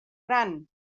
gran